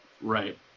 Right